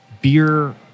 beer